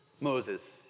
Moses